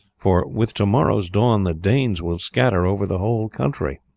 for with to-morrow's dawn the danes will scatter over the whole country.